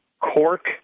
cork